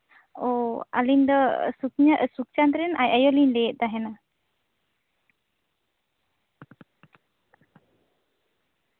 ᱚ ᱟᱞᱤᱧ ᱫᱚ ᱥᱩᱠ ᱥᱩᱠᱪᱟᱸᱫ ᱨᱮᱱ ᱟᱡ ᱟᱭᱳᱞᱤᱧ ᱞᱟᱹᱭᱮᱫ ᱛᱟᱦᱮᱸᱱᱟ